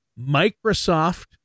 Microsoft